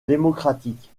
démocratique